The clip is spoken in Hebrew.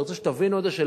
ואני רוצה שתבינו את זה,